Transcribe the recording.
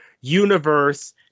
universe